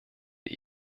wie